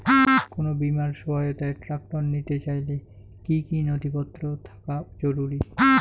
কোন বিমার সহায়তায় ট্রাক্টর নিতে চাইলে কী কী নথিপত্র থাকা জরুরি?